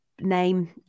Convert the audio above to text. name